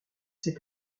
c’est